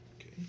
Okay